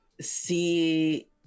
see